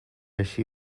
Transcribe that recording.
així